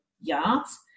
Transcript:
yards